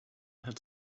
had